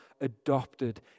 adopted